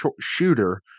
shooter